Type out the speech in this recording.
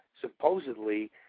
supposedly